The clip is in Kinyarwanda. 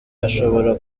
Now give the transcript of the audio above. ashobora